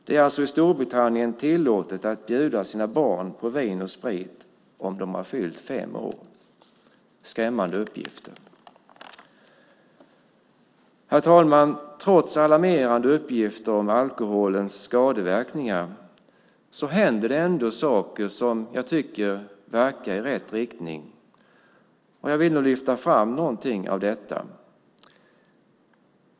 Det är alltså i Storbritannien tillåtet att bjuda sina barn på vin och sprit om de har fyllt fem år. Det är skrämmande uppgifter. Herr talman! Trots alarmerande uppgifter om alkoholens skadeverkningar händer det ändå saker som jag tycker verkar i rätt riktning, och jag vill lyfta fram något av detta.